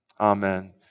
Amen